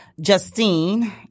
Justine